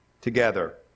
together